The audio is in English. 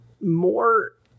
more